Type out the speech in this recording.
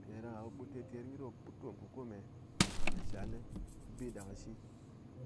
Mpiɗáɗaka ɓe ɓut terter nyi ɗo butom kɨ kome ɓe shall kɨ bi ɗa kɨ shi